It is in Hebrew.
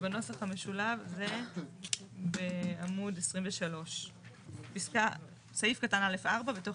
בנוסח המשולב זה עמוד 23. סעיף קטן (א)(4) בתוך